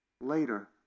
later